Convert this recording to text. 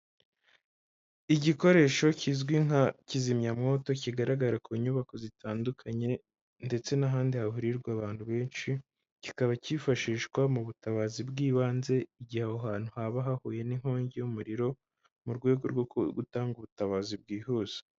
Igikoresho kizwi nka kizimyamowoto kigaragara ku nyubako zitandukanye ndetse n'ahandi hahurirwa abantu benshi, kikaba kifashishwa mu butabazi bw'ibanze, igihe aho hantu haba hahuye n'inkongi y'umuriro, mu rwego rwo gutanga ubutabazi bwihuse.